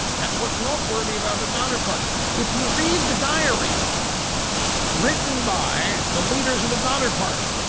that's what's noteworthy about the donner party. if you read the diaries written by the leaders of the donner party,